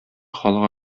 халык